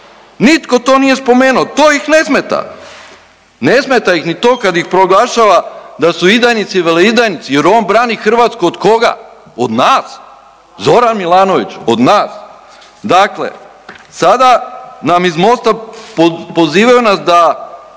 nitko to nije spomenuo. To ih ne smeta. Ne smeta ih ni to kada ih proglašava da su izdajnici, veleizdajnici jer on brani Hrvatsku. Od koga? Od nas Zoran Milanović, od nas? Dakle, sada nam iz Mosta pozivaju nas da